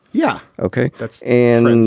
yeah, ok. that's. and and